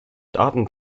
daten